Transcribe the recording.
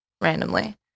randomly